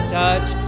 touch